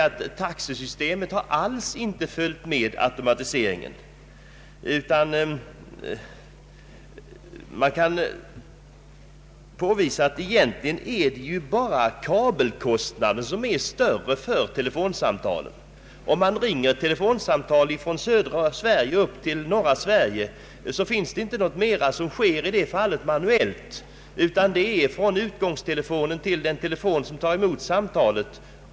Taxesystemet har emellertid inte följt med i denna utveckling. Det är i själva verket bara kabelkostnaderna som påverkar samtalskostnaderna. Om man ringer ett telefonsamtal från södra Sverige upp till norra Sverige, erfordras numera ingen som helst manuell koppling, utan samtalen vidarebefordras på automatisk väg från utgångstelefonen till den telefon som tar emot samtalet.